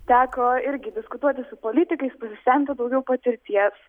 teko irgi diskutuoti su politikais pasisemti daugiau patirties